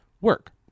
work